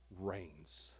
reigns